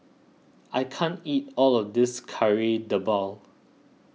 I can't eat all of this Kari Debal